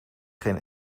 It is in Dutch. geen